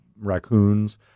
raccoons